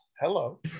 hello